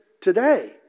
today